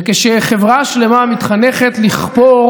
וכשחברה שלמה מתחנכת לכפור